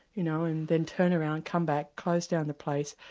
you know and then turn around, come back, close down the place,